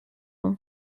who